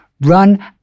Run